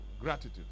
gratitude